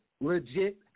legit